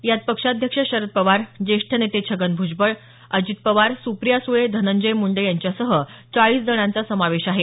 यात पक्षाध्यक्ष शरद पवार ज्येष्ठ नेते छगन भ्जबळ अजित पवार सुप्रिया सुळे धनंजय मुंडे यांच्यासह चाळीस जणांचा समावेश आहे